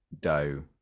dough